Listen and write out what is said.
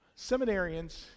Seminarians